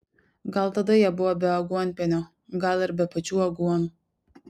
gal tada jie buvo be aguonpienio gal ir be pačių aguonų